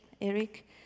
Eric